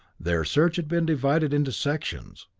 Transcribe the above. their search had been divided into sections,